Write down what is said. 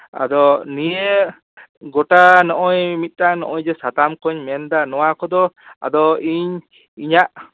ᱟᱫᱚ ᱱᱤᱭᱟᱹ ᱜᱚᱴᱟ ᱱᱚᱜᱼᱚᱭ ᱢᱤᱫᱴᱟᱱ ᱱᱚᱜᱼᱚᱭ ᱡᱮ ᱥᱟᱛᱟᱢ ᱠᱚᱧ ᱢᱮᱱ ᱮᱫᱟ ᱱᱚᱣᱟ ᱠᱚᱫᱚ ᱟᱫᱚ ᱤᱧ ᱤᱧᱟᱹᱜ